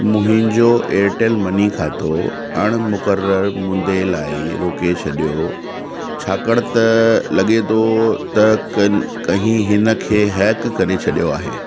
मुंहिजो Airtel money खातो अण मुक़ररु मुदे लाइ रोके छॾियो छाकाणि त लॻे थो त कनि कंहिं हिन खे हैक करे छॾियो आहे